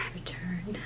Return